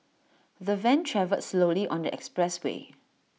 the van travelled slowly on the expressway